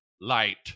light